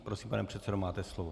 Prosím, pane předsedo, máte slovo.